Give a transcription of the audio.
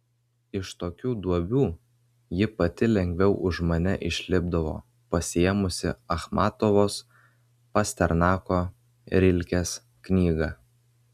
iš tokių duobių ji pati lengviau už mane išlipdavo pasiėmusi achmatovos pasternako rilkės knygą